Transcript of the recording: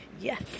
Yes